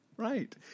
Right